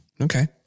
Okay